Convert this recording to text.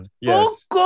Yes